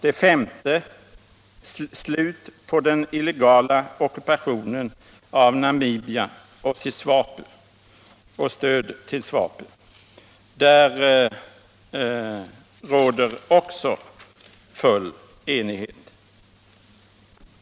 Det femte var slut på den illegala ockupationen av Namibia och stöd till SWAPO. Där råder också full enighet.